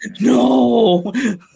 No